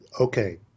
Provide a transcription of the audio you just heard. Okay